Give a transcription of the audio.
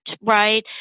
right